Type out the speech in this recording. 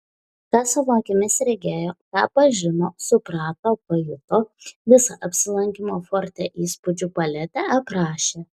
ką savo akimis regėjo ką pažino suprato pajuto visą apsilankymo forte įspūdžių paletę aprašė